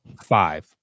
five